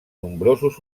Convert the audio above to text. nombrosos